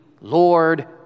Lord